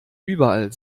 überall